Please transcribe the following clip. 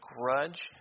grudge